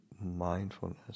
mindfulness